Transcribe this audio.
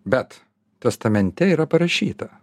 bet testamente yra parašyta